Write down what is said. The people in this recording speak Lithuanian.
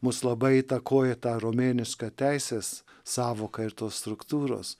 mus labai įtakoja ta romėniška teisės sąvoką ir tos struktūros